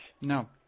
No